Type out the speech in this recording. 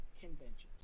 conventions